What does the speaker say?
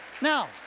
Now